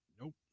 nope